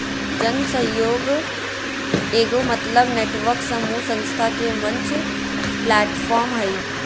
जन सहइोग एगो समतल नेटवर्क समूह संस्था के मंच प्लैटफ़ार्म हइ